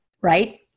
right